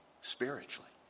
Spiritually